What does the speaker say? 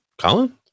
Colin